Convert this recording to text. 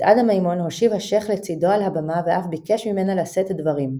את עדה מימון הושיב השייח לצידו על הבמה ואף ביקש ממנה לשאת דברים.